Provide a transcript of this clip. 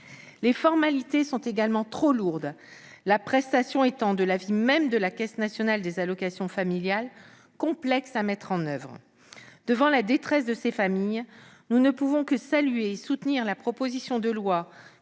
Les formalités sont également trop lourdes, la prestation étant, de l'avis même de la Caisse nationale des allocations familiales (CNAF), complexe à mettre en oeuvre. Devant la détresse de ces familles, nous ne pouvons que saluer et soutenir la proposition de loi